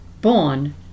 born